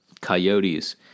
coyotes